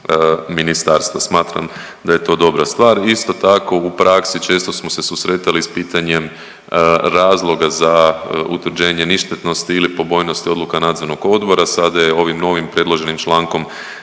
ministarstva. Smatram da je to dobra stvar. Isto tako u praksi često smo se susretali s pitanjem razloga za utvrđenje ništetnosti ili pobojnosti odluka nadzorni odbora, sada je ovim novim predloženim člankom